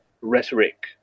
rhetoric